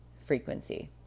frequency